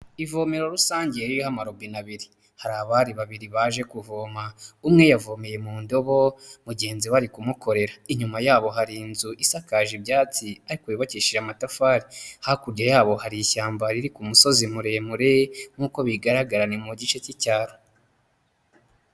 Ivomero rusange ririho amarobine abiri, hari abari babiri baje kuvoma umwe yavomeye mu ndobo mugenzi we ari kumukorera, inyuma yabo hari inzu isakaje ibyatsi ariko yubakishije amatafari, hakurya yabo hari ishyamba riri ku musozi muremure nk'uko bigaragara ni mu gice cy'icyaro.